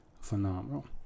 phenomenal